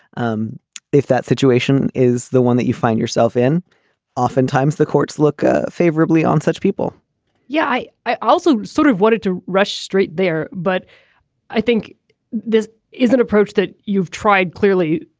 um if that situation is the one that you find yourself in oftentimes the courts look ah favorably on such people yeah. i i also sort of wanted to rush straight there but i think this is an approach that you've tried clearly.